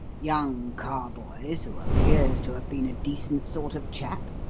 young carboys, who appears to have been a decent sort of chap,